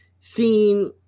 seen